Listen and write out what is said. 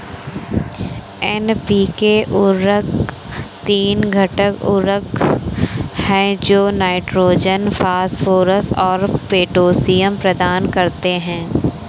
NPK उर्वरक तीन घटक उर्वरक हैं जो नाइट्रोजन, फास्फोरस और पोटेशियम प्रदान करते हैं